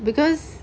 because